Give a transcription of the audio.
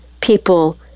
people